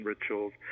rituals